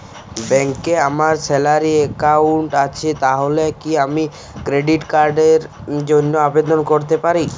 ব্যাংকে আমার salary account আছে তাহলে কি আমি ক্রেডিট কার্ড র জন্য আবেদন করতে পারি?